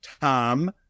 Tom